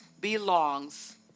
belongs